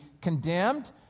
condemned